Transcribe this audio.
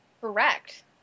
Correct